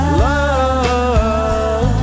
love